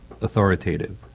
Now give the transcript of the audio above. authoritative